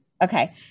Okay